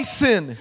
sin